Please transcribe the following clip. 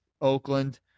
Oakland